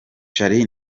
charly